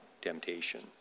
temptation